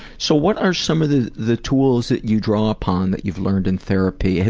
so what are some of the the tools that you draw upon that you've learned in therapy?